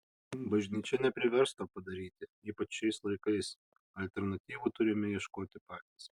bažnyčia neprivers to padaryti ypač šiais laikais alternatyvų turime ieškoti patys